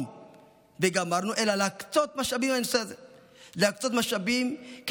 וגמרנו אלא צריך להקצות משאבים לנושא הזה,